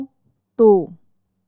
two